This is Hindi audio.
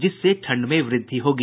जिससे ठंड में वृद्धि होगी